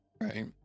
Right